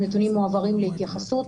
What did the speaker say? הנתונים מועברים להתייחסות